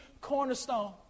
cornerstone